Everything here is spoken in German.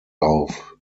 auf